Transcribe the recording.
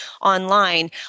online